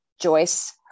Joyce